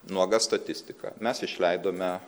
nuoga statistika mes išleidome